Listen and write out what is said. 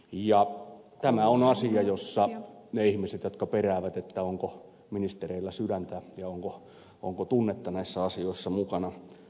ja tämä on asia jossa niille ihmisille jotka peräävät onko ministereillä sydäntä ja onko tunnetta näissä asioissa mukana